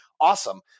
awesome